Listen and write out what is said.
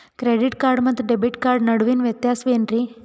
Credit card ಮತ್ತು debit card ನಡುವಿನ ವ್ಯತ್ಯಾಸ ವೇನ್ರೀ?